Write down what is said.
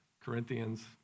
Corinthians